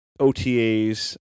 otas